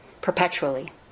perpetually